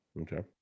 Okay